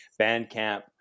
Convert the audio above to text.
Bandcamp